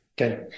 Okay